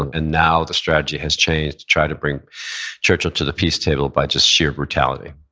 um and now the strategy has changed to try to bring churchill to the peace table by just sheer brutality.